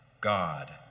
God